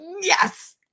Yes